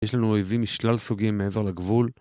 יש לנו אויבים משלל סוגים מעבר לגבול